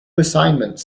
assignments